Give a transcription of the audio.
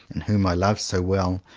and whom i love so well,